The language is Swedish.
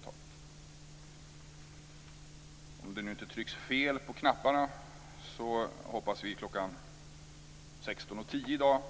Vi hoppas att om det inte trycks fel på knapparna kunna kl. 16.10 i dag